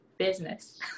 Business